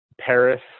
paris